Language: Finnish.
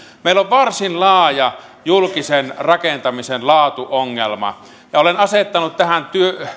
meillä on varsin laaja julkisen rakentamisen laatuongelma ja olen asettanut tähän